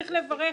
צריך לברך,